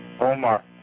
Omar